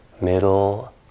middle